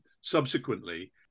subsequently